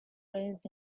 raised